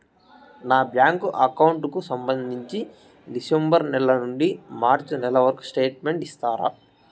నా bank account కు సంబంధించి డిసెంబరు నెల నుండి మార్చి నెలవరకు స్టేట్మెంట్ ఇస్తారా?